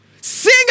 sing